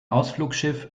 ausflugsschiff